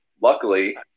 luckily